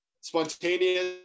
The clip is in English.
spontaneous